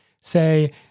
say